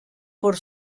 por